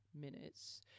minutes